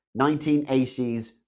1980s